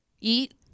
eat